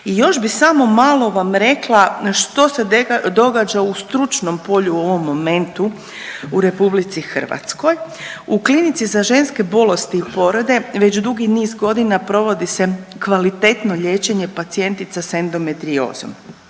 I još bi samo malo vam rekla što se događa u stručnom polju u ovom momentu u RH, u Klinici za ženske bolesti i porode već dugi niz godina provodi se kvalitetno liječenje pacijentica s endometriozom.